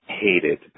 hated